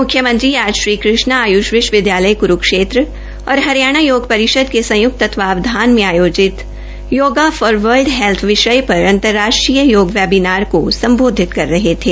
मुख्यमंत्री आज श्री कृष्णा आय्ष विश्वविदयालय कुरुक्षेत्र तथा हरियाणा योग परिषद के संयुक्त तत्वावधान में आयोजित योगा फॉर वलर्ड हेल्थ विषय पर अंतरराष्ट्रीय योग वेबीनार में संबोधित कर रहे थे